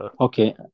Okay